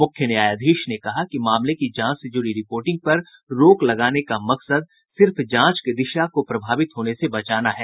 मुख्य न्यायाधीश ने कहा कि मामले की जांच से जुड़ी रिपोर्टिंग पर रोक लगाने का मकसद सिर्फ जांच की दिशा को प्रभावित होने से बचाना है